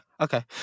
Okay